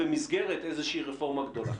במסגרת איזושהי רפורמה גדולה?